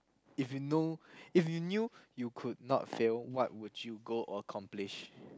if you know if you knew you could not fail what would you go accomplish